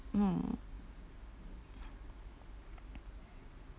mm